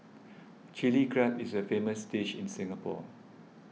Chilli Crab is a famous dish in Singapore